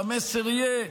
והמסר יהיה,